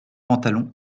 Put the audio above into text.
pantalon